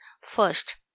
first